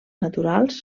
naturals